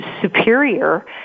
superior